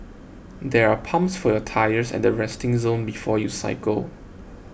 there are pumps for your tyres at the resting zone before you cycle